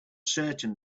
certain